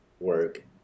Work